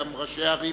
גם ראשי הערים